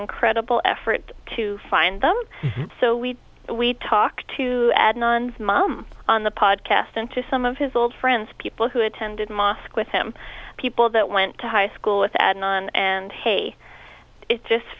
incredible effort to find them so we we talk to non's mom on the podcast and to some of his old friends people who attended mosque with him people that went to high school with and on and hey it just